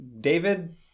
David